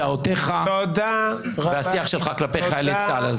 דעותיך והשיח שלך כלפי חיילי צה"ל.